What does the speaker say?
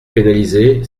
pénaliser